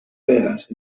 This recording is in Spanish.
vegas